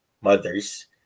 mothers